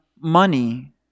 money